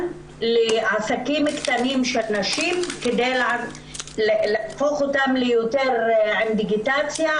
לעסקים קטנים של נשים כדי להפוך אותם ליותר עם דיגיטציה,